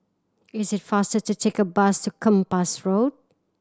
is it faster to take the bus to Kempas Road